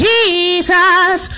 Jesus